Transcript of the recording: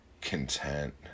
content